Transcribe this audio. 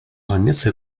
hornisse